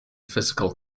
physical